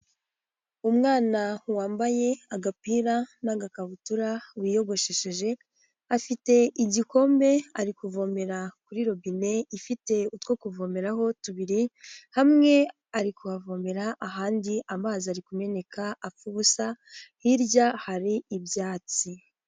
Umwana wambaye agapira n'agakabutura, wiyogoshesheje, afite igikombe, ari kuvomera kuri rubine ifite utwo kuvomeraho tubiri, hamwe ari kuhavomera, ahandi amazi ari kumeneka apfa ubusa, hirya hari ibyatsi.